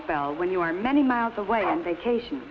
spell when you are many miles away on vacation